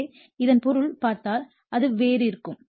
எனவே இதன் பொருள் பார்த்தால் அது வேறு இருக்கும்